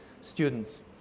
students